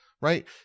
right